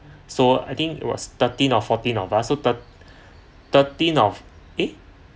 so I think it was thirteen or fourteen of us so thir~ thirteen of eh